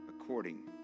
according